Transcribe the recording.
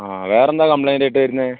ആ വേറെന്താണ് കംപ്ലൈൻറ്റായിട്ട് വരുന്നത്